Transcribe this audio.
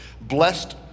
blessed